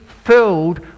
Filled